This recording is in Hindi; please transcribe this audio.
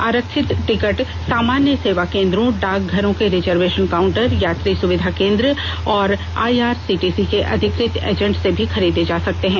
आरक्षित टिकट सामान्य सेवा केन्द्रों डाकघर के रिजर्वेशन काउंटर यात्री सुविधा केन्द्र और I R C T C के अधिकृत एजेंट से भी खरीदे जा सकते हैं